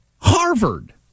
Harvard